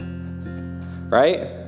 Right